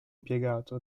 impiegato